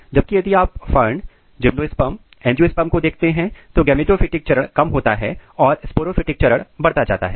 जबकि यदि आप फर्न जिम्नोस्पर्म एंजियोस्पर्म को देखते हैं तो गेमेटोफिटिक चरण कम होता जाता है और स्पोरोफिटिक चरण बढ़ता जाता है